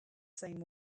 same